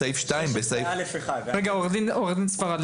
עו"ד ספרד,